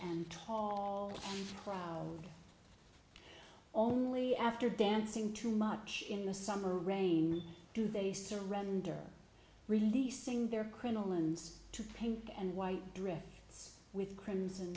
and tall proud only after dancing too much in the summer rain do they surrender releasing their crinolines to pink and white dress with crimson